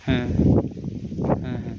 হ্যাঁ হ্যাঁ হ্যাঁ